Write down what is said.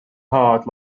hard